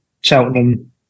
Cheltenham